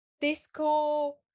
disco